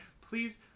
please